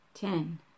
Ten